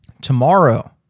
tomorrow